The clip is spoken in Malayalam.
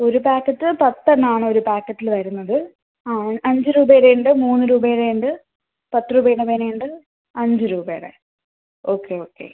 ഒരു പായ്ക്കറ്റ് പത്തെണ്ണാണൊര് പായ്ക്കറ്റിൽ വരുന്നത് ആ അഞ്ച് രൂപേടയുമുണ്ട് മൂന്ന് രൂപേടയുമുണ്ട് പത്ത് രൂപേടെ പേനയുണ്ട് അഞ്ച് രൂപേടെ ഓക്കെ ഓക്കെ